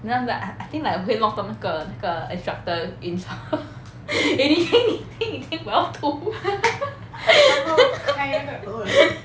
then after that I I think like 会弄到那个那个 instructor eh 你听你听我要吐